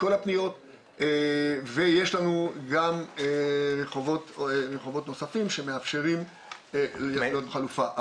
ויש לנו גם רחובות נוספים שמאפשרים חלופה.